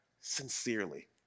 sincerely